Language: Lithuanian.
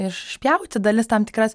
išpjauti dalis tam tikras